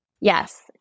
Yes